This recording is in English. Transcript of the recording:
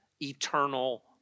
eternal